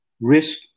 risk